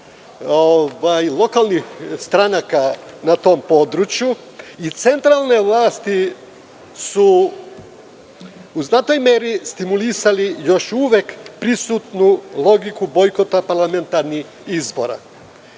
lokalnih stranaka na tom području, i centralne vlasti su u znatnoj meri stimulisale još uvek prisutnu logiku bojkota parlamentarnih izbora,